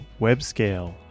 WebScale